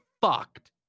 fucked